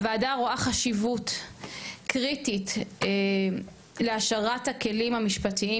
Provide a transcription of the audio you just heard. הוועדה רואה חשיבות קריטית להשארת הכלים המשפטיים,